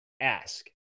ask